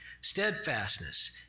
Steadfastness